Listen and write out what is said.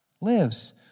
lives